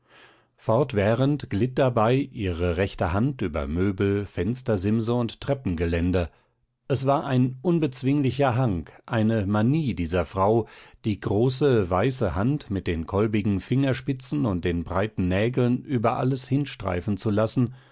fortwährend glitt dabei ihre rechte hand über möbel fenstersimse und treppengeländer es war ein unbezwinglicher hang eine manie dieser frau die große weiße hand mit den kolbigen fingerspitzen und den breiten nägeln über alles hinstreifen zu lassen